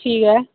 ठीक ऐ